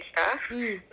mm